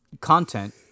content